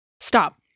Stop